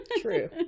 True